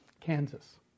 Kansas